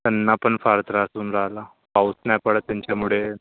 त्यांना पण फार त्रास होऊन राहिला पाऊस नाय पडत त्यांच्यामुळे